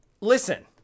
Listen